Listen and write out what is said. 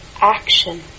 action